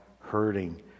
hurting